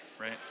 Right